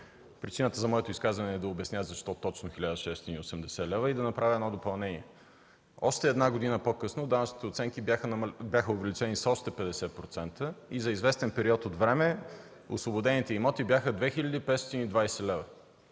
Причината за моето изказване е да обясня защо точно 1680 лв. и да направя едно допълнение. Още една година по-късно данъчните оценки бяха увеличени с още 50% и за известен период от време освободените имоти бяха 2520 лв.